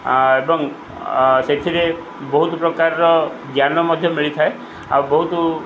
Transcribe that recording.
ଏବଂ ସେଥିରେ ବହୁତ ପ୍ରକାରର ଜ୍ଞାନ ମଧ୍ୟ ମିଳିଥାଏ ଆଉ ବହୁତ